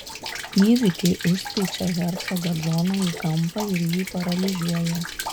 įvykiai užspeičia hercogą džoną į kampą ir jį paralyžiuoja